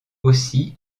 aussi